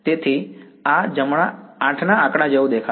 તેથી આ જમણા 8 ના આંકડા જેવું દેખાશે